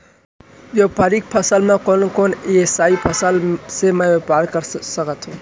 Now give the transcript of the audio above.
व्यापारिक फसल म कोन कोन एसई फसल से मैं व्यापार कर सकत हो?